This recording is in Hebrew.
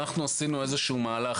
עשינו איזשהו מהלך,